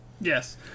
Yes